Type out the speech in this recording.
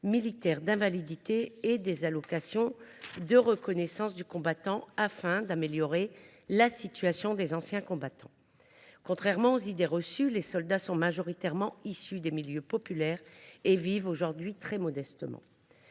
de calcul de la PMI et de l’allocation de reconnaissance du combattant, afin d’améliorer la situation des anciens combattants. Contrairement aux idées reçues, les soldats sont majoritairement issus des milieux populaires et vivent aujourd’hui très modestement.